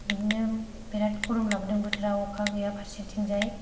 बिदिनो बिरात गरम लाबोदों बोथोरा अखा गैया फारसे थिंजाय